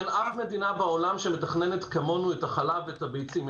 אין אף מדינה בעולם שמתכננת כמונו את החלב ואת הביצים.